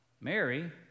Mary